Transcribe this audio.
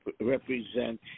represent